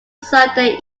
sunday